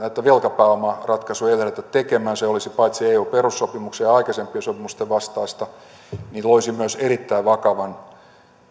velkapääomaratkaisua ei lähdetä tekemään paitsi että se olisi eu perussopimuksen ja aikaisempien sopimusten vastaista se myös loisi erittäin vakavan